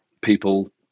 people